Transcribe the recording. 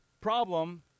problem